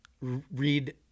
read